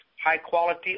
high-quality